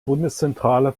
bundeszentrale